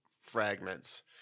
fragments